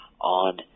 on